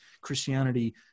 Christianity